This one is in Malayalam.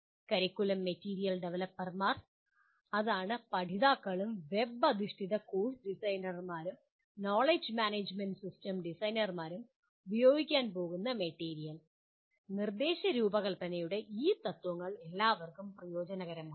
കരിക്കുലം മെറ്റീരിയൽ ഡവലപ്പർമാർ അതാണ് പഠിതാക്കളും വെബ് അധിഷ്ഠിത കോഴ്സ് ഡിസൈനർമാരും നോളജ് മാനേജുമെന്റ് സിസ്റ്റം ഡിസൈനർമാരും ഉപയോഗിക്കാൻ പോകുന്ന മെറ്റീരിയൽ നിർദ്ദേശ രൂപകൽപ്പനയുടെ ഈ തത്ത്വങ്ങൾ എല്ലാവർക്കും പ്രയോജനകരമാകും